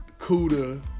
Cuda